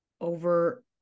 over